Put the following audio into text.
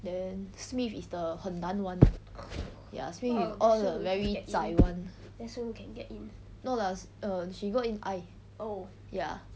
then smith is the 很难 one ya smith is all the very zai [one] no lah she got in eye ya